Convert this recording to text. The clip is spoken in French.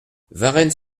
varennes